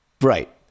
Right